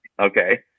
Okay